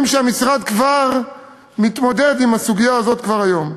המשרד מתמודד עם הסוגיה הזאת כבר היום.